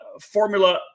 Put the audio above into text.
Formula